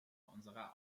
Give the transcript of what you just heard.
unserer